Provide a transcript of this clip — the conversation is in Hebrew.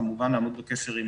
וכמובן לעמוד בקשר עם